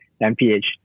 MPH